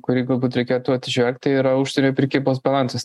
kurį galbūt reikėtų atsižvelgti yra užsienio prekybos balansas